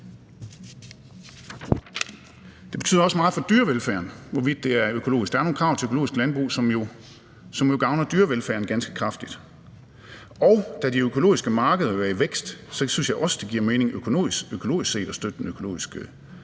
Det betyder også meget for dyrevelfærden, hvorvidt landbruget er økologisk eller ej. Der er nogle krav til økologisk landbrug, som jo gavner dyrevelfærden ganske kraftigt. Og da de økologiske markeder er i vækst, synes jeg også, det økonomisk set giver mening at støtte det økologiske landbrug.